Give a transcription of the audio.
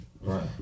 Right